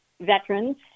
veterans